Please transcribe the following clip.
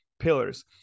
pillars